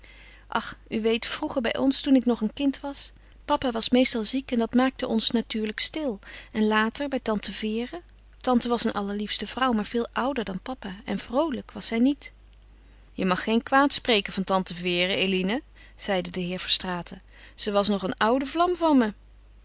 u weet vroeger bij ons toen ik nog een kind was papa was meestal ziek en dat maakte ons natuurlijk stil en later bij tante vere tante was een allerliefste vrouw maar veel ouder dan papa en vroolijk was zij niet je mag geen kwaad spreken van tante vere eline zeide de heer verstraeten ze was nog een oude vlam van me